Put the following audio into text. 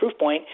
Proofpoint